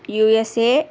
USA